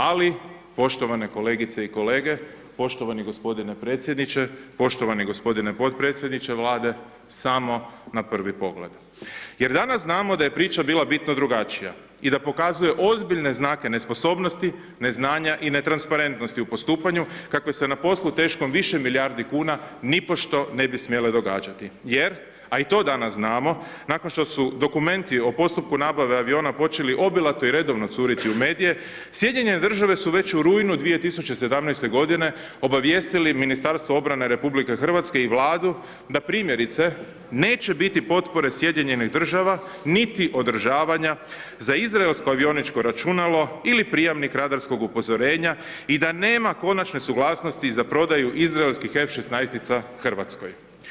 Ali poštovane kolegice i kolege, poštovani g. predsjedniče, poštovani g. potpredsjedniče Vlade, samo na prvi pogled jer danas znamo da je priča bila bitno drugačija i da pokazuje ozbiljne znake nesposobnosti, neznanja i ne transparentnosti u postupanju kakve se na poslu teškom više milijardi kuna nipošto ne bi smjele događati jer a i to danas znamo, nakon što su dokumenti o postupku nabave aviona počeli obilato i redovno curiti medije, Sjedinjene Države su već u rujnu 2017. g. obavijestili Ministarstvo obrane RH i Vladu da primjerice neće biti potpore Sjedinjenih Država niti održavanja za izraelsko avioničko računalo ili prijamnik radarskog upozorenja i da nema konačne suglasnosti za prodaju izraelskih F 16 Hrvatskoj.